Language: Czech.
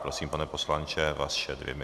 Prosím, pane poslanče, vaše dvě minuty.